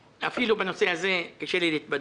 בנושא הזה קשה לי להתבדח.